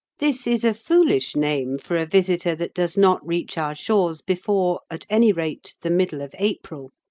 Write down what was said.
this is a foolish name for a visitor that does not reach our shores before, at any rate, the middle of april.